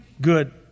good